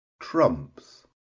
Trumps